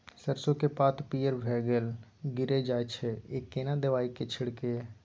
सरसो के पात पीयर भ के गीरल जाय छै यो केना दवाई के छिड़कीयई?